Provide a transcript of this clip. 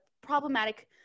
problematic